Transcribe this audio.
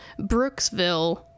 brooksville